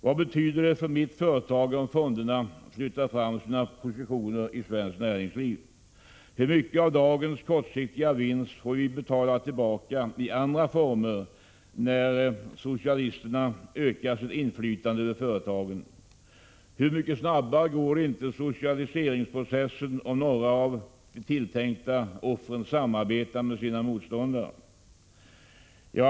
Vad betyder det för mitt företag om fonderna flyttar fram sina positioner i svenskt näringsliv? Hur mycket av dagens kortsiktiga vinst får vi betala tillbaka i andra former, när socialisterna ökar sitt inflytande över företagen? Hur mycket snabbare går inte socialiseringsprocessen om några av de tilltänkta offren samarbetar med sina motståndare.